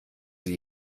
sie